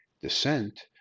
descent